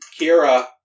Kira